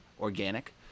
organic